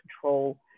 control